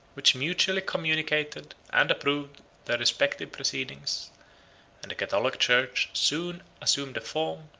which mutually communicated and approved their respective proceedings and the catholic church soon assumed the form,